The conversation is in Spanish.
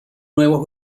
nuevos